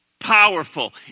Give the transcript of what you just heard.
powerful